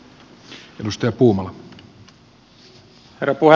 herra puhemies